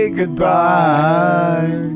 goodbye